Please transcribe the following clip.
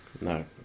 No